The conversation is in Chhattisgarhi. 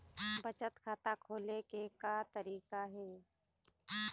बचत खाता खोले के का तरीका हे?